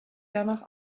danach